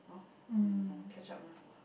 mm in chatch up lah